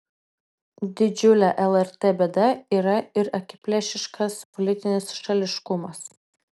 didžiulė lrt bėda yra ir akiplėšiškas politinis šališkumas